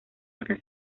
una